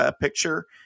picture